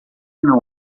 não